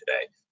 today